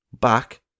back